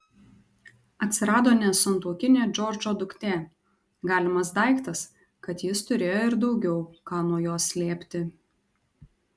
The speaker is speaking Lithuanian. atsirado nesantuokinė džordžo duktė galimas daiktas kad jis turėjo ir daugiau ką nuo jos slėpti